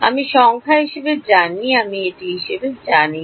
আমি সংখ্যা হিসাবে জানি আমি এটি হিসাবে জানি না